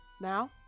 Now